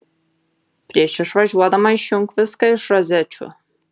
prieš išvažiuodama išjunk viską iš rozečių